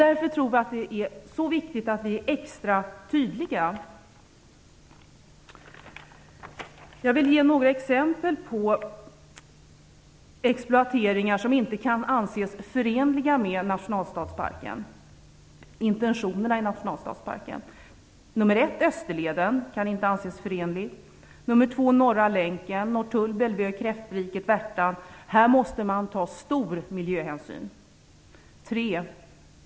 Därför tror vi i Miljöpartiet att det är viktigt att vi är extra tydliga. Jag vill ge några exempel på exploateringar som inte kan anses förenliga med intentionerna för nationalstadsparken. 1. Österleden kan inte anses förenlig. Värtan. Här måste tas stor miljöhänsyn. 3.